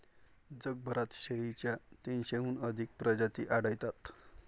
जगभरात शेळीच्या तीनशेहून अधिक प्रजाती आढळतात